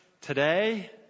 today